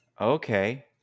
Okay